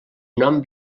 nom